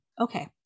okay